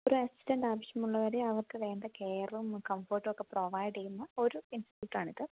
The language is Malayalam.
ഒരു അസിസ്റ്റൻറ് ആവശ്യം ഉള്ളവരെ അവർക്ക് വേണ്ട കെയറും കംഫോർട്ടും ഒക്കെ പ്രൊവൈഡ് ചെയ്യുന്ന ഒരു ഇൻസ്റ്റിറ്റ്യൂട്ട് ആണിത്